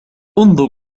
انظر